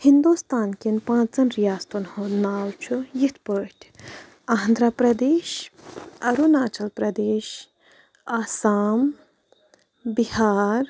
ہِندُستانکؠن پانٛژن رِیاستَن ہُنٛد ناو چھُ یِتھ پٲٹھۍ آندھرٛا پرٛدیش اَروٗناچَل پرٛدیش آسام بِہار